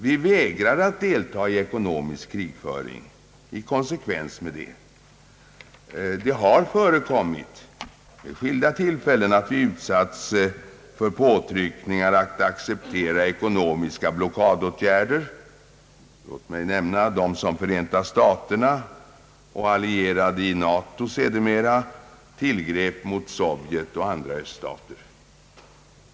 Vi vägrar i konsekvens därmed att delta i ekonomisk krigföring. Det har vid skilda tillfällen förekommit att vi har utsatts för påtryckningar att acceptera ekonomiska blockadåtgärder. Låt mig nämna dem som Förenta staterna och sedermera de allierade i NATO tillgrep mot Sovjetunionen och andra öststater.